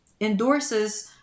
endorses